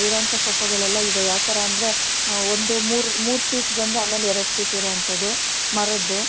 ಇರೋ ಅಂತ ಸೋಫಾಗಳೆಲ್ಲ ಇದೆ ಯಾವ ಥರ ಅಂದರೆ ಒಂದು ಮೂರು ಮೂರು ಸೀಟ್ ಬಂದು ಆಮೇಲೆ ಎರಡು ಸೀಟ್ ಇರೋಂಥದ್ದು ಮರದ್ದು